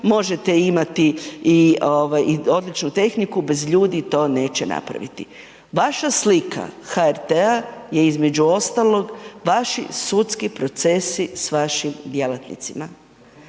možete imati i odličnu tehniku bez ljudi to neće napraviti. Vaša slika HRT-a je između ostalog vaši sudski procesi s vašim djelatnicima,